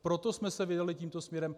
Proto jsme se vydali tímto směrem.